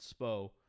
Spo